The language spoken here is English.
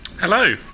Hello